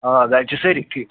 آ گرِ چھا سٲری ٹھیٖک